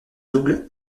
double